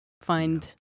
find